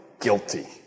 guilty